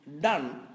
done